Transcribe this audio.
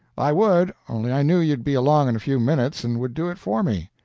i would, only i knew you'd be along in a few minutes and would do it for me.